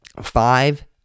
five